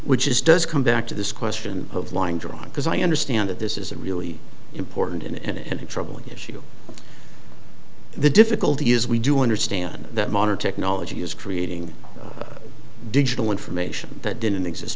which is does come back to this question of lying john because i understand that this is a really important in and troubling issue the difficulty is we do understand that modern technology is creating digital information that didn't exist